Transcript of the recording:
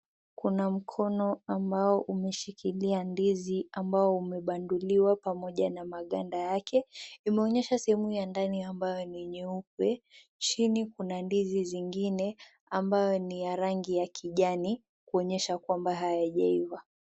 Kuna mkono ambao umeshikilia ndizi ambao umebanduliwa pamoja na maganda yake, imeonyesha sehemu ya ndani ambaye ni nyeupe, chini kuna ndizi zingine ambayo ni ya rangi ya kijani. Kuonyesha kwamba hayajaiva.